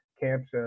camps